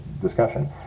discussion